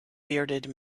bearded